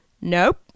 Nope